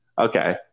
Okay